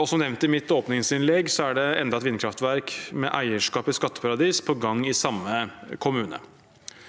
og som nevnt i mitt åpningsinnlegg er det enda et vindkraftverk med eierskap i skatteparadiser på gang i samme kommune.